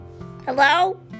Hello